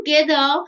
together